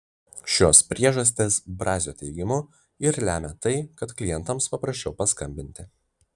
šios priežastys brazio teigimu ir lemia tai kad klientams paprasčiau paskambinti